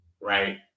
right